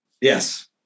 Yes